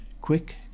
quick